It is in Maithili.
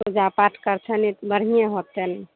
पूजा पाठ करथनि बढ़िएँ होतै ने